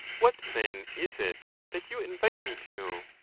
what, then, is it that you invite me to?